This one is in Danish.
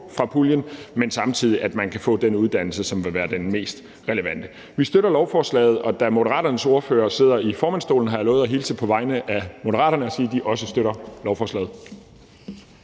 fra puljen, og samtidig, at man kan få den uddannelse, som vil være den mest relevante. Vi støtter lovforslaget. Og da Moderaternes ordfører sidder i formandsstolen, har jeg lovet at hilse fra Moderaterne og sige, at de også støtter lovforslaget.